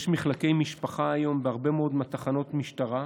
יש מחלקי משפחה היום בהרבה מאוד מתחנות המשטרה.